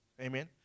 Amen